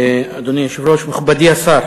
אדוני היושב-ראש, מכובדי השר,